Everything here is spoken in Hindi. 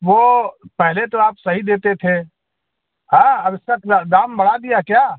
वो पहले तो आप सही देते थे हाँ अब इसका क्या दाम बढ़ा दिया है क्या